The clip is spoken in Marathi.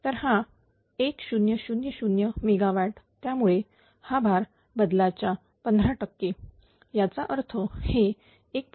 तर हा 1000 मेगावॅट त्यामुळे हा भार बदलाच्या 15 टक्के याचा अर्थ हे 1